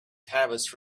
tavis